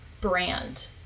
brand